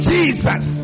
Jesus